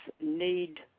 need